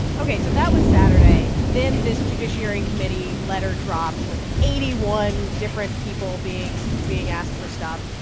ok. so that was saturday. then this judiciary committee letter drops with eighty one different people being being asked for stuff,